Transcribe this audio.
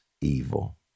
evil